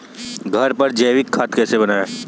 घर पर जैविक खाद कैसे बनाएँ?